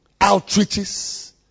outreaches